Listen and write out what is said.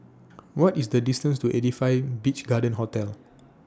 What IS The distance to eighty five Beach Garden Hotel